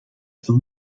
dan